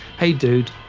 hey dude,